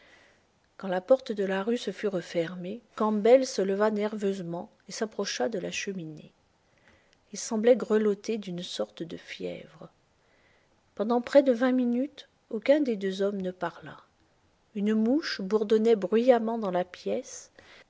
quand la porte de la rue se fut refermée campbell se leva nerveusement et s'approcha de la cheminée il semblait grelotter d une sorte de fièvre pendant près de vingt minutes aucun des deux hommes ne parla une mouche bourdonnait bruyamment dans la pièce